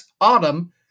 Autumn